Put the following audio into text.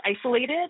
isolated